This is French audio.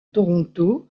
toronto